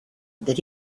that